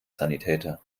sanitäter